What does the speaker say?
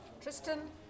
Tristan